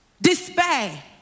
Despair